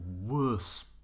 worse